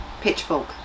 pitchfork